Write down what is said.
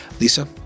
Lisa